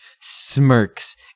smirks